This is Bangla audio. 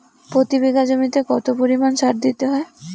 প্রতি বিঘা জমিতে কত পরিমাণ সার দিতে হয়?